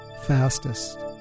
fastest